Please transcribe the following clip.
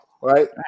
right